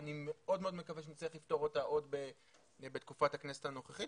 ואני מאוד מקווה שנצליח לפתור אותה עוד בתקופת הכנסת נוכחית,